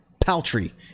paltry